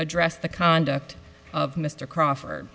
address the conduct of mr crawford